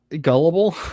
gullible